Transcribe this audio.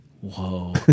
Whoa